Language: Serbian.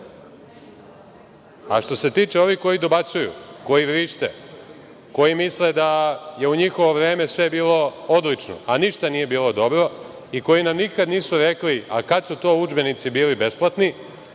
se tiče ovih koji dobacuju, koji vrište, koji misle da je u njihovo vreme sve bilo odlično, a ništa nije bilo dobro, i koji nam nikad nisu rekli - kad su to udžbenici bili besplatni,